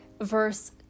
verse